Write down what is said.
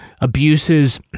abuses